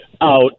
out